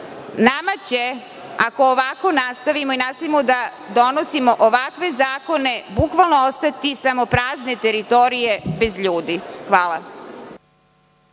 Nama će, ako ovako nastavimo i nastavimo da donosimo ovakve zakone, bukvalno ostati samo prazne teritorije bez ljudi. Hvala.